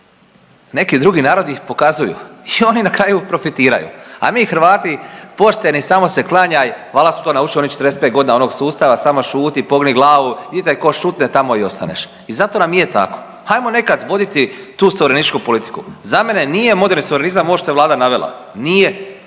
neki drugi narodi ih pokazuju i oni na kraju profitiraju, a mi Hrvati pošteni, samo se klanjaj, valjda smo to naučili u onih 45.g. onog sustava samo šuti, pogni glavu i gdje te ko šutne tamo i ostaneš i zato nam i je tako, hajmo nekad voditi tu suverenističku politiku. Za mene nije moderni suverenizam ovo što je vlada navela, nije